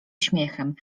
śmiechem